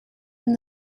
from